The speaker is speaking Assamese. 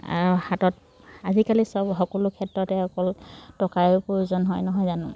আৰু হাতত আজিকালি সব সকলো ক্ষেত্ৰতে অকল টকাৰে প্ৰয়োজন হয় নহয় জানো